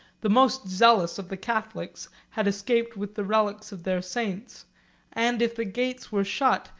the most zealous of the catholics had escaped with the relics of their saints and if the gates were shut,